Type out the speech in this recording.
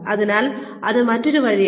അതിനാൽ അത് മറ്റൊരു വഴിയാണ്